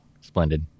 splendid